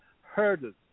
hurdles